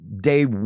day